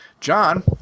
John